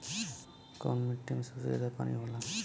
कौन मिट्टी मे सबसे ज्यादा पानी होला?